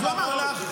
אז הוא אמר לך.